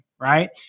right